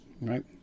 Right